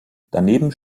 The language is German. daneben